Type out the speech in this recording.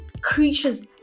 creatures